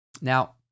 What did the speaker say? Now